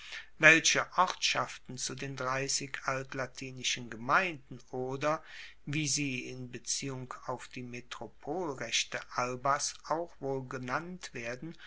welche ortschaften zu den dreissig altlatinischen gemeinden oder wie sie in beziehung auf die metropolrechte albas auch wohl genannt werden